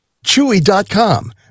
Chewy.com